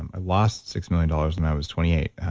i lost six million dollars when i was twenty eight,